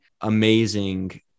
amazing